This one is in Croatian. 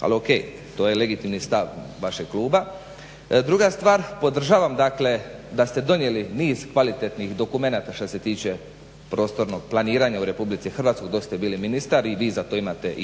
Ali o.k. to je legitimni stav vašeg kluba. Druga stvar, podržavam da ste donijeli niz kvalitetnih dokumenata što se tiče prostornog planiranja u RH dok ste bili ministar i vi za to imate